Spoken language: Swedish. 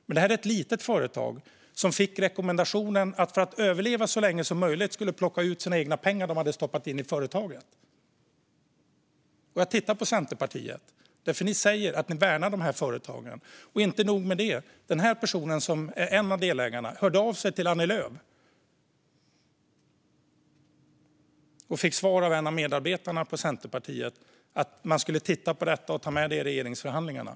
Men det här var ett litet företag som fick rekommendationen att för att överleva så länge som möjligt skulle man plocka ut de pengar man hade stoppat in i företaget. Jag tittar på Centerpartiets representant. Ni säger att ni värnar företagen. Inte nog med det hörde en av delägarna av sig till Annie Lööf och fick svar av en av medarbetarna i Centerpartiet att man skulle titta på frågan och ta med den i regeringsförhandlingarna.